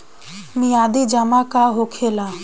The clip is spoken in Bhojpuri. मियादी जमा का होखेला?